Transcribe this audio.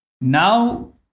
Now